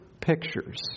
pictures